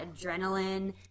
adrenaline